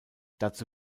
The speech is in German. dazu